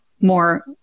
more